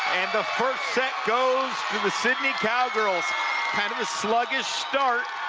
and the first set goes to the sidney cowgirls kind of a sluggish start,